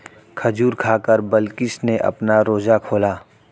खजूर खाकर बिलकिश ने अपना रोजा खोला